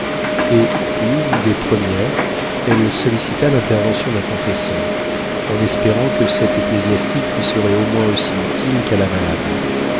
et l'une des premières elle sollicita l'intervention d'un confesseur en espérant que cet ecclésiastique lui serait au moins aussi utile qu'à la malade